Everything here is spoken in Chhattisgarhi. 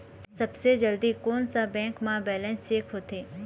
सबसे जल्दी कोन सा बैंक म बैलेंस चेक होथे?